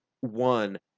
one